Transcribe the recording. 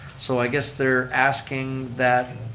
so i guess they're asking that